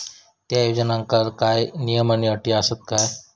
त्या योजनांका काय नियम आणि अटी आसत काय?